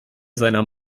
seiner